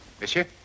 Monsieur